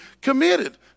committed